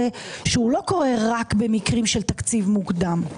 שהוא לא קורה רק במקרים של תקציב מוקדם.